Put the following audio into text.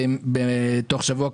ותוך שבוע,